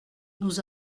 nous